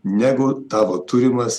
negu tavo turimas